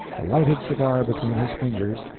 a lighted cigar between his fingers,